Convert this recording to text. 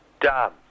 done